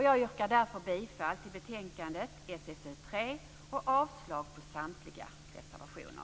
Jag yrkar därför bifall till hemställan i betänkandet SfU3 och avslag på samtliga reservationer.